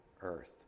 earth